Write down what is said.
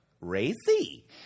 racy